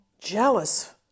jealous